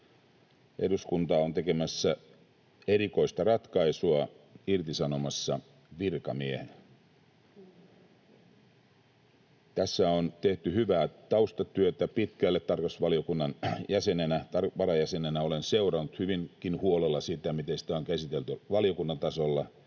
Eduskunta on tekemässä erikoista ratkaisua: irtisanomassa virkamiehen. Tässä on tehty hyvää taustatyötä pitkälle. Tarkastusvaliokunnan varajäsenenä olen seurannut hyvinkin huolella sitä, miten asiaa on käsitelty valiokunnan tasolla.